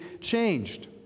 changed